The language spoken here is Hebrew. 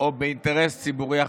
או באינטרס ציבורי אחר.